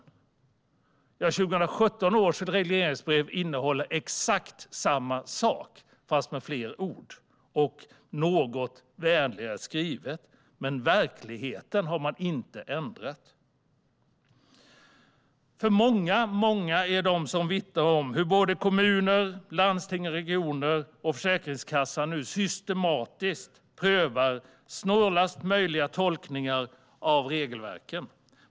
Men 2017 års regleringsbrev innehåller ju exakt samma sak fast med fler ord och något vänligare skrivsätt! Verkligheten har man inte ändrat. Många är de som vittnar om hur kommuner, landsting och regioner liksom Försäkringskassan systematiskt prövar snålast möjliga tolkningar av regelverken.